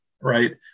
Right